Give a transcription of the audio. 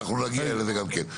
אנחנו נגיע לזה גם כן.